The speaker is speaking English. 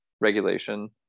regulation